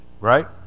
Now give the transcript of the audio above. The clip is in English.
right